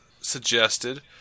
suggested